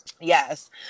Yes